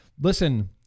Listen